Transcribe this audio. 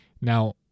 Now